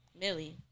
Millie